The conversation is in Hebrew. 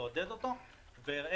מה שאנחנו חושבים שצריך לעודד.